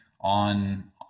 on